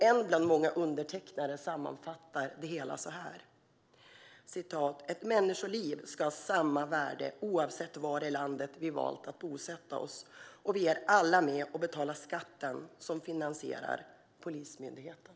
En av många undertecknare sammanfattar det hela så här: Ett människoliv ska ha samma värde oavsett var i landet vi har valt att bosätta oss, och vi är alla med och betalar skatten som är med och finansierar Polismyndigheten.